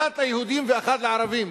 אחת ליהודים ואחת לערבים.